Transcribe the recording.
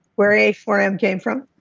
where a four m came from?